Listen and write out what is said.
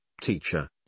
teacher